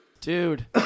Dude